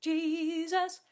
Jesus